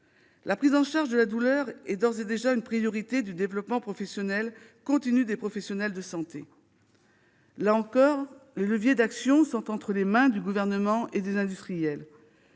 La prise en charge de la douleur est d'ores et déjà une priorité du développement professionnel continu des professionnels de santé. Là encore, les leviers d'actions sont entre les mains du Gouvernement et des industriels.